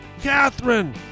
Catherine